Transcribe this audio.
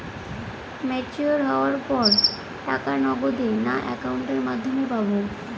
Mature হওয়ার পর টাকা নগদে না অ্যাকাউন্টের মাধ্যমে পাবো?